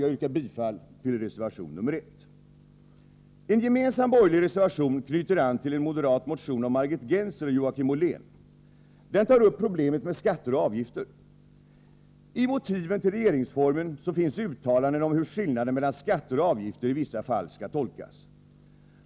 Jag yrkar bifall till reservation nr 1. En gemensam borgerlig reservation knyter an till en moderat motion av Margit Gennser och Joakim Ollén. Den tar upp problemet med skatter och avgifter. I motiven till regeringsformen finns uttalanden om hur skillnaden mellan skatter och avgifter i vissa fall skall tolkas.